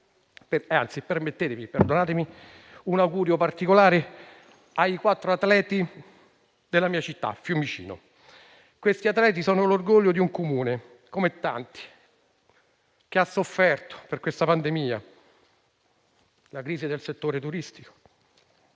e permettetemi di rivolgere un augurio particolare ai quattro atleti della mia città, Fiumicino. Questi atleti sono l'orgoglio di un Comune come tanti, che ha sofferto per questa pandemia, a causa della crisi del settore turistico,